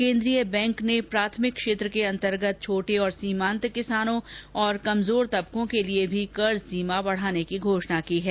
केन्द्रीय बैंक ने प्राथमिक क्षेत्र के अन्तर्गत छोटे और सीमांत किसानों और कमजोर तबकों के लिए भी कर्ज सीमा बढ़ाने की घोषणा की है